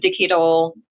decadal